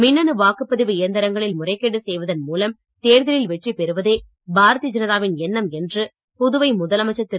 மின்னணு வாக்குப்பதிவு இயந்திரங்களில் முறைகேடு செய்வதன் மூலம் தேர்தலில் வெற்றிபெறுவதே பாரதிய ஜனதா வின் எண்ணம் என்று புதுவை முதலமைச்சர் திரு